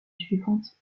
suivante